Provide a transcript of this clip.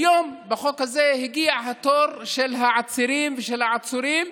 היום בחוק הזה הגיע התור של העצירים ושל העצורים,